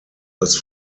das